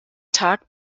tag